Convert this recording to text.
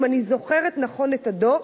אם אני זוכרת נכון את הדוח,